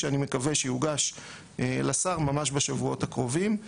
שאני מקווה שיוגש לשר ממש בשבועות הקרובים,